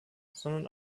sondern